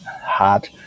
hard